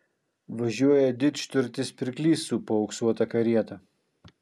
važiuoja didžturtis pirklys su paauksuota karieta